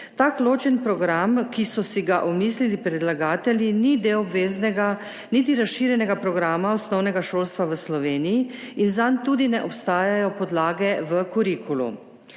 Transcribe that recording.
Tak ločen program, ki so si ga omislili predlagatelji, ni del obveznega niti razširjenega programa osnovnega šolstva v Sloveniji in zanj tudi ne obstajajo podlage v kurikulu.